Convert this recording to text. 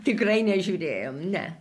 tikrai nežiūrėjom ne